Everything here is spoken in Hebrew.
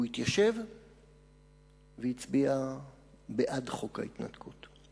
והוא התיישב והצביע בעד חוק ההתנתקות.